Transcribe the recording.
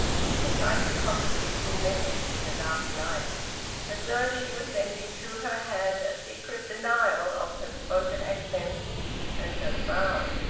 which was like a contradicting message in the dark night as though she were sending through her hand a secret denial of her spoken accents and her frown.